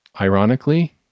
ironically